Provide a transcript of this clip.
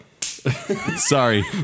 sorry